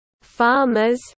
Farmers